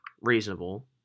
reasonable